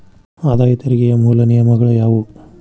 ಆದಾಯ ತೆರಿಗೆಯ ಮೂಲ ನಿಯಮಗಳ ಯಾವು